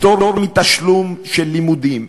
פטור מתשלום על לימודים,